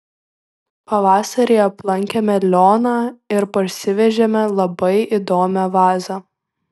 pavasarį aplankėme lioną ir parsivežėme labai įdomią vazą